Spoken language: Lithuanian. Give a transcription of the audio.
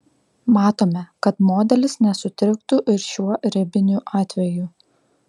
matome kad modelis nesutriktų ir šiuo ribiniu atveju